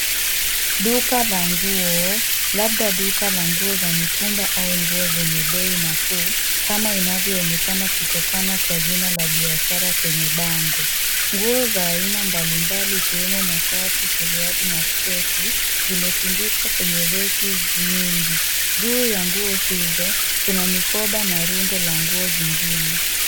Duka la nguo, labda duka la nguo za mitumba au nguo zenye bei nafuu, kama inavyoonekana kutokana kwa jina la biashara kwenye bango. Nguo za aina mbalimbali ikiwemo mashati, suruali na sketi zimetundikwa kwenye reki nyingi. Juu ya nguo hizo, kuna mikoba na rundo la nguo zingine.